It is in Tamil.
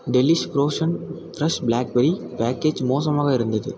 delish frozen fresh blackberry package மோசமாக இருந்தது